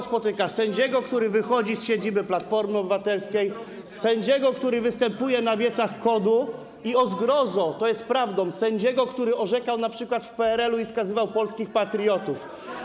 Sędziego, który wychodzi z siedziby Platformy Obywatelskiej, sędziego, który występuje na wiecach KOD, i - o zgrozo, to jest prawda - sędziego, który orzekał np. w PRL i skazywał polskich patriotów.